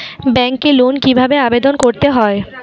ব্যাংকে লোন কিভাবে আবেদন করতে হয়?